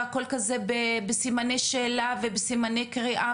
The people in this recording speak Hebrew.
והכל כזה בסימני שאלה ובסימני קריאה.